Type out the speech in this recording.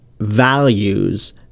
values